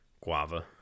guava